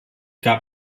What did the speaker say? gab